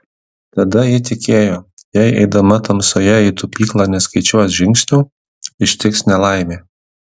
tada ji tikėjo jei eidama tamsoje į tupyklą neskaičiuos žingsnių ištiks nelaimė